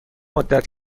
مدت